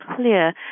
clear